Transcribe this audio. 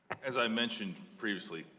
as i mentioned previously,